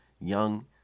young